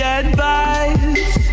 advice